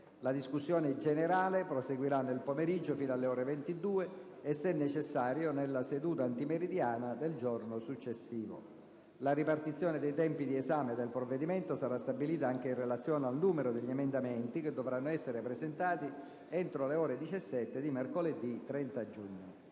La discussione generale proseguirà nel pomeriggio, fino alle ore 22 e, se necessario, nella seduta antimeridiana del giorno successivo. La ripartizione dei tempi di esame del provvedimento sarà stabilita anche in relazione al numero degli emendamenti, che dovranno essere presentati entro le ore 17 di mercoledì 30 giugno.